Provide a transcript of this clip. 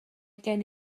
gen